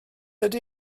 ydy